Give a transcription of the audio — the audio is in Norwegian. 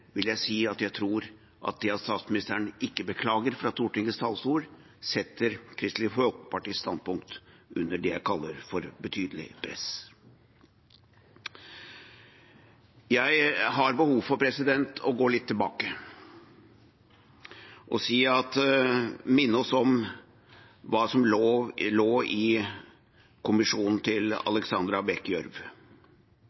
vil jeg si at jeg tror at det at statsministeren ikke beklager fra Stortingets talerstol, setter Kristelig Folkepartis standpunkt under det jeg kaller for et betydelig press. Jeg har behov for å gå litt tilbake og minne oss om hva som lå i rapporten fra Alexandra Bech Gjørv. Kommisjonen